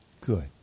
Good